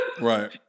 Right